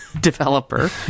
developer